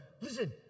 listen